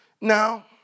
Now